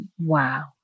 Wow